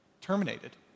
terminated